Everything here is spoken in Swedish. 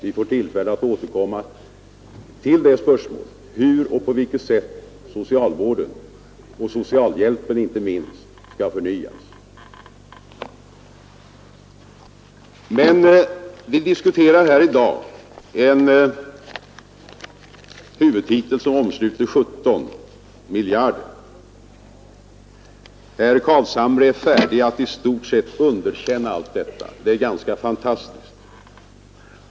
Vi får tillfälle att återkomma till frågan om hur och på vilket sätt socialvården — inte minst socialhjälpen — skall förnyas. Men vi diskuterar här i dag en huvudtitel som omsluter 17 miljarder kronor. Att herr Carlshamre är färdig att i stort sett underkänna allt detta, är fantastiskt.